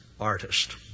artist